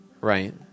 Right